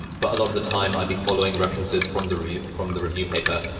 but a lot of the time, i'd be following references from the route from the review paper.